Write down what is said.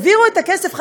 העבירו את הכסף,